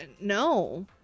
No